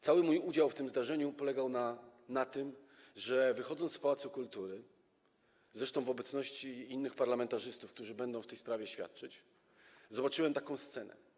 Cały mój udział w tym zdarzeniu polegał na tym, że wychodząc z pałacu kultury, zresztą w obecności innych parlamentarzystów, którzy będą w tej sprawie świadczyć, zobaczyłem taką scenę.